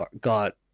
got